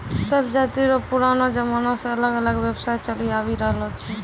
सब जाति रो पुरानो जमाना से अलग अलग व्यवसाय चलि आवि रहलो छै